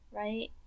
right